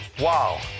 Wow